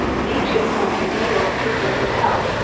nietzsche's point of view on sickness and health,